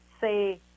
say